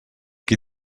qui